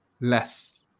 less